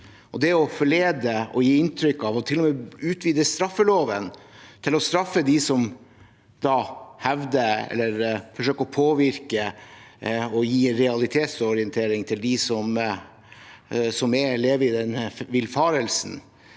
Det å forlede og gi inntrykk av og til og med utvide straffeloven til å straffe dem som forsøker å påvirke og gi en realitetsorientering til dem som lever i denne villfarelsen,